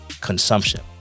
consumption